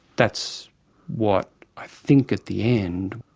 that's what i think at the end,